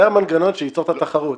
זה המנגנון שייצור את התחרות.